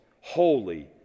holy